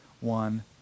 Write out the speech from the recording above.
one